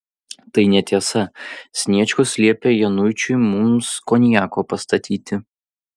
tai netiesa sniečkus liepė januičiui mums konjako pastatyti